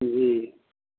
जी